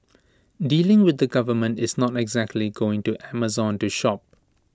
dealing with the government is not exactly going to Amazon to shop